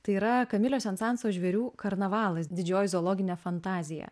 tai yra kamilio sensanso žvėrių karnavalas didžioji zoologinė fantazija